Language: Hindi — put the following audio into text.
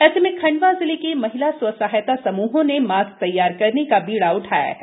ऐसे में खंडवा जिले के महिला स्वसहायता समूहों ने मास्क तैयार करने का बीड़ा उठाया है